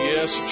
Yes